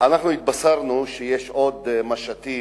אנחנו התבשרנו שיש עוד משטים,